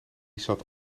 zat